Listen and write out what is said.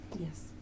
Yes